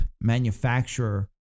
manufacturer